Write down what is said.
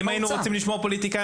אם היינו רוצים לשמוע פוליטיקאים,